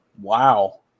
Wow